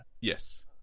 yes